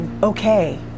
okay